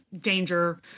danger